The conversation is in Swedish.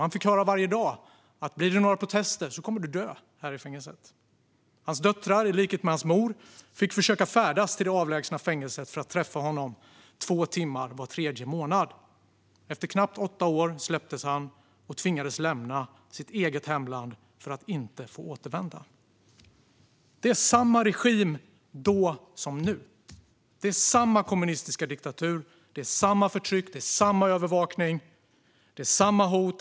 Han fick höra varje dag: Blir det några protester kommer du att dö här i fängelset! Hans döttrar, i likhet med hans mor, fick försöka färdas till det avlägsna fängelset för att träffa honom två timmar var tredje månad. Efter knappt åtta år släpptes han och tvingades lämna sitt eget hemland för att inte få återvända. Det är samma regim då som nu. Det är samma kommunistiska diktatur. Det är samma förtryck. Det är samma övervakning. Det är samma hot.